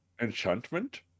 enchantment